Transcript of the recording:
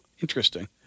Interesting